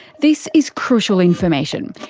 this is crucial information.